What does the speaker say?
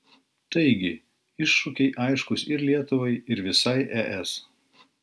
taigi iššūkiai aiškūs ir lietuvai ir visai es